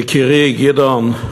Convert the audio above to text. יקירי גדעון,